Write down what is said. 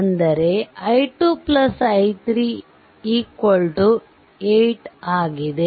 ಆದ್ದರಿಂದ i 2 i3 8 ಆಗಿದೆ